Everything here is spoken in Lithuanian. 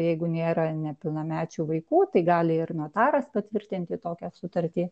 jeigu nėra nepilnamečių vaikų tai gali ir notaras patvirtinti tokią sutartį